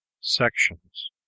Sections